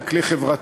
הוא כלי חברתי,